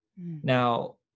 Now